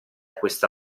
questa